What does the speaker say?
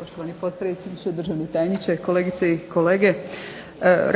Poštovani potpredsjedniče, državni tajniče, kolegice i kolege.